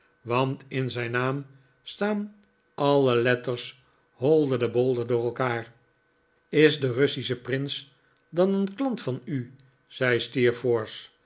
want in zijn naam staan alle letters holder de bolder door elkaar is de russische prins dan een klant van u zei